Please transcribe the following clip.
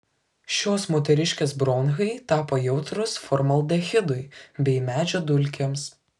šios moteriškės bronchai tapo jautrūs formaldehidui bei medžio dulkėms